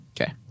Okay